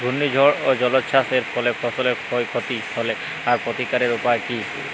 ঘূর্ণিঝড় ও জলোচ্ছ্বাস এর ফলে ফসলের ক্ষয় ক্ষতি হলে তার প্রতিকারের উপায় কী?